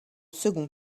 second